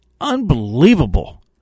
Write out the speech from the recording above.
unbelievable